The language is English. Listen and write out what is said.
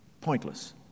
pointless